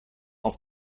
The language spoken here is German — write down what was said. auf